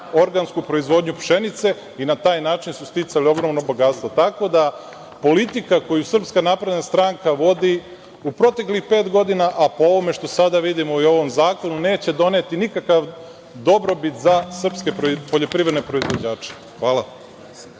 organsku proizvodnju pšenice i na taj način su sticali ogromno bogatstvo. Tako da, politika koju SNS vodi u proteklih pet godina, a po ovome što sada vidimo i u ovom zakonu, neće doneti nikakav dobrobit za srpske poljoprivredne proizvođače. Hvala.